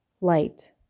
light